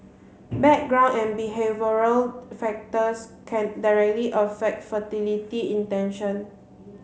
background and behavioural factors can directly affect fertility intention